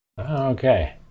Okay